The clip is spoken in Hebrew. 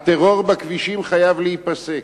הטרור בכבישים חייב להיפסק.